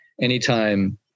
anytime